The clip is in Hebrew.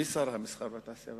מי שר התעשייה, המסחר והתעסוקה?